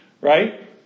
Right